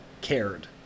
cared